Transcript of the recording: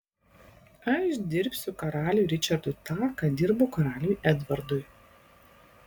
aš dirbsiu karaliui ričardui tą ką dirbau karaliui edvardui